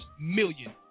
million